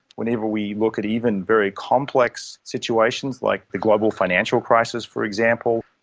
whenever we look at even very complex situations, like the global financial crisis for example,